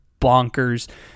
bonkers